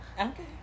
Okay